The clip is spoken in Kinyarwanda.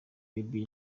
baby